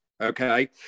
Okay